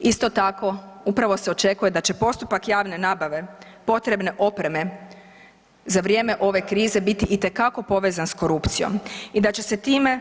Isto tako, upravo se očekuje da će postupak javne nabave potrebne opreme za vrijeme ove krize biti itekako povezan sa korupcijom i da će se time